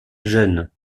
jeune